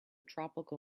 tropical